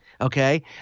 okay